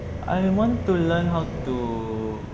I want to learn how to